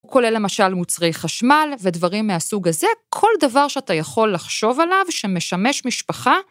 כולל למשל מוצרי חשמל ודברים מהסוג הזה, כל דבר שאתה יכול לחשוב עליו שמשמש משפחה.